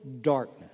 darkness